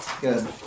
good